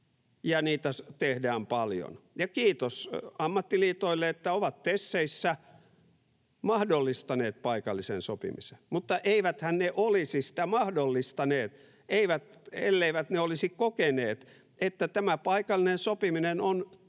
niitä tehdään paljon. Ja kiitos ammattiliitoille, että ovat TESeissä mahdollistaneet paikallisen sopimisen. Mutta eiväthän ne olisi sitä mahdollistaneet, elleivät ne olisi kokeneet, että tämä paikallinen sopiminen on